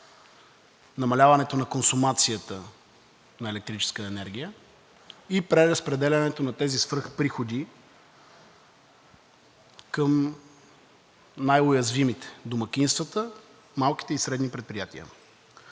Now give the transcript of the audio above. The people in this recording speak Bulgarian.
намаляването на консумацията на електрическа енергия и преразпределянето на тези свръхприходи към най-уязвимите – домакинствата, малките и средните предприятия.